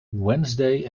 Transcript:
wednesday